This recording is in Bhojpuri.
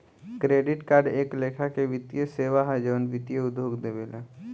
क्रेडिट कार्ड एक लेखा से वित्तीय सेवा ह जवन वित्तीय उद्योग देवेला